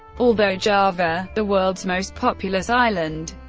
although java, the world's most populous island,